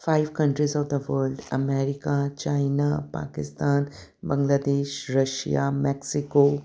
five countries of the world America China Pakistan Bangladesh Russia Mexico